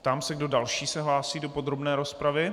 Ptám se, kdo další se hlásí do podrobné rozpravy.